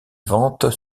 ventes